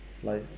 like